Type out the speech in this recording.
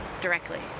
directly